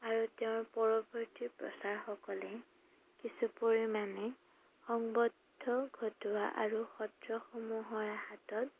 আৰু তেওঁৰ পৰৱৰ্তী প্ৰচাৰসকলে কিছু পৰিমাণে সংবদ্ধ ঘটোৱা আৰু সত্ৰসমূহৰ হাতত